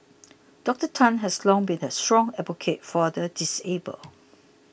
Doctor Tan has long been a strong advocate for the disabled